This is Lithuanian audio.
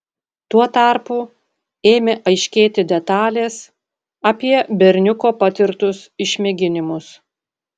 tuo tarpu ėmė aiškėti detalės apie berniuko patirtus išmėginimus